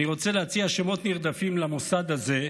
אני רוצה להציע שמות נרדפים למוסד הזה,